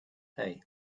hej